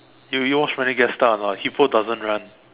you you watch Madagascar or not hippo doesn't run